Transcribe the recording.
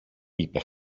είπε